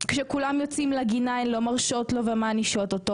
כשכולם היו יוצאים לגינה הן לא היו מרשות לו ומענישות אותו.